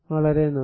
വളരെ നന്ദി